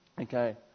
Okay